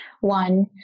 One